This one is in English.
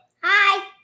hi